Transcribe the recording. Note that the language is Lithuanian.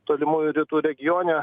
tolimųjų rytų regione